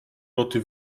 roty